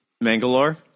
Mangalore